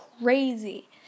crazy